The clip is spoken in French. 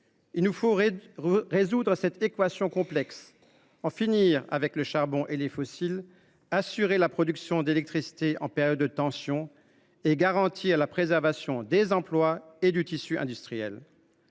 Il nous faut résoudre cette équation complexe : en finir avec le charbon et les fossiles tout en garantissant la production d’électricité en période de tension et en préservant les emplois et le tissu industriel.